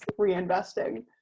reinvesting